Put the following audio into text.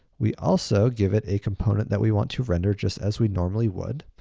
we also give it a component that we want to render just as we normally would,